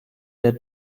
der